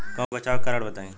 कोई बचाव के कारण बताई?